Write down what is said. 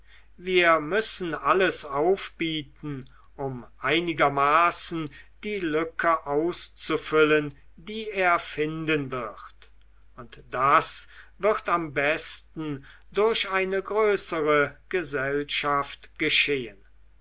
wir müssen alles aufbieten um einigermaßen die lücke auszufüllen die er finden wird und das wird am besten durch eine größere gesellschaft geschehen